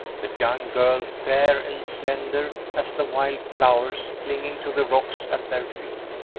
the young girl, fair and slender as the wild flowers clinging to the rocks at their feet,